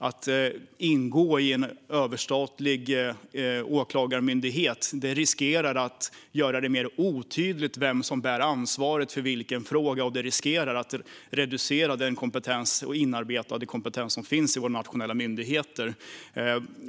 Att ingå i en överstatlig åklagarmyndighet riskerar att göra det mer otydligt vem som bär ansvaret för vilken fråga, och det riskerar att reducera den inarbetade kompetens som finns i våra nationella myndigheter.